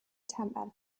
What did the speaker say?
tempered